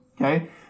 okay